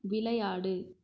விளையாடு